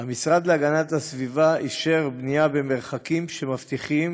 המשרד להגנת הסביבה אישר בנייה במרחקים שמבטיחים